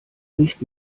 nicht